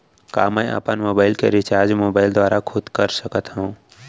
का मैं अपन मोबाइल के रिचार्ज मोबाइल दुवारा खुद कर सकत हव?